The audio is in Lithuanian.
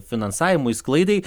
finansavimui sklaidai